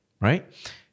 right